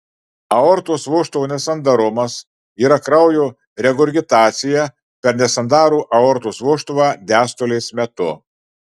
aortos vožtuvo nesandarumas yra kraujo regurgitacija per nesandarų aortos vožtuvą diastolės metu